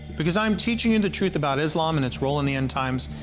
because i'm teaching you the truth about islam and its role in the end times,